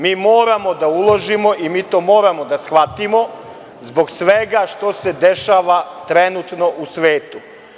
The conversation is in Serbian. Mi moramo da uložimo i mi to moramo da shvatimo zbog svega što se dešava trenutno u svetu.